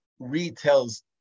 retells